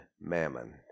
mammon